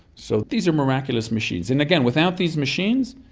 so these are miraculous machines. and again, without these machines,